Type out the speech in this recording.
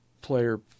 player